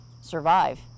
survive